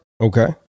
Okay